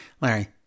Larry